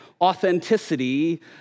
authenticity